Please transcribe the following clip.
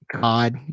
God